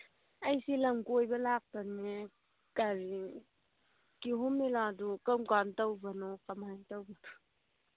ꯑꯩꯁꯤ ꯂꯝ ꯀꯣꯏꯕ ꯂꯥꯛꯄꯅꯦ ꯀꯔꯤ ꯀꯤꯍꯣꯝ ꯃꯦꯂꯥꯗꯨ ꯀꯔꯝꯀꯥꯟ ꯇꯧꯕꯅꯣ ꯀꯃꯥꯏꯅ ꯇꯧꯕꯅꯣ